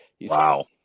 Wow